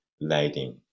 lighting